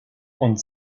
und